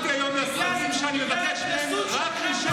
אמרתי היום לשרים שאני מבקש מהם רק לשאול שאלות,